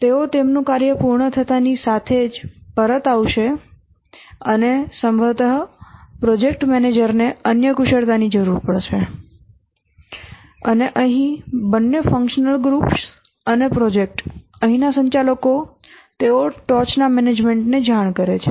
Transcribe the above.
તેઓ તેમનું કાર્ય પૂર્ણ થતાંની સાથે જ પરત આવશે અને સંભવત પ્રોજેક્ટ મેનેજરને અન્ય કુશળતાની જરૂર પડશે અને અહીં બંને ફંક્શનલ ગ્રુપ્સ અને પ્રોજેક્ટ્સ અહીંના સંચાલકો તેઓ ટોચનાં મેનેજમેન્ટને જાણ કરે છે